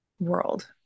world